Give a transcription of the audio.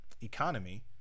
economy